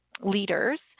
leaders